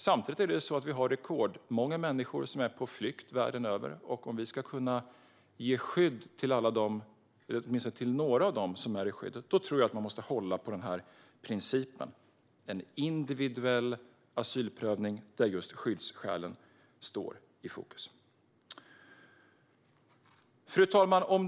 Samtidigt är rekordmånga människor på flykt världen över, och om vi ska kunna ge skydd till åtminstone några av dessa måste vi hålla på principen om en individuell asylprövning, där skyddsskälen står i fokus. Fru talman!